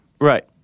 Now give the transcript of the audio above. Right